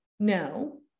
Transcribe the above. No